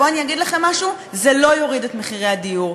בואו אני אגיד לכם משהו: זה לא יוריד את מחירי הדיור.